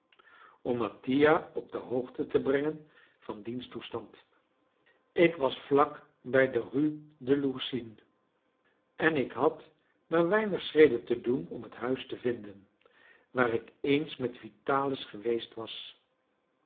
om mattia op de hoogte te brengen van diens toestand ik was vlak bij de rue de lourcine en ik had maar weinige schreden te doen om het huis te vinden waar ik eens met vitalis geweest was